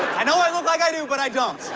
i know i look like i do, but i don't.